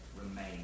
remain